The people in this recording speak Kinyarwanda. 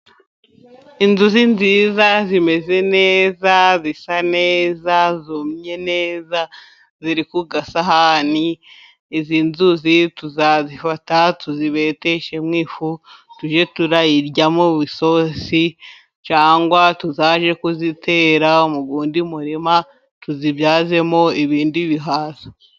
Inzuzi nziza zimeze neza zisa neza zumye neza ziri ku gasahani, izi nzuzi turazifata tuzibeteshemo ifu tujye tuyirya mu isozi, cyangwa tuzajye kuzitera mu wundi murima tuzibyazemo ibindi bihaza.